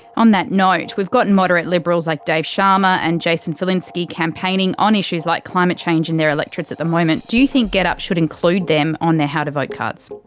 on that note we've gotten moderate liberals like dave sharma and jason falinski campaigning on issues like climate change in their electorates at the moment. do you think getup should include them on their how to vote cards?